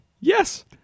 Yes